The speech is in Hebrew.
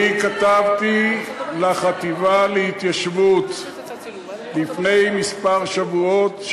אני כתבתי לחטיבה להתיישבות לפני כמה שבועות,